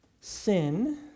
sin